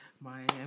Miami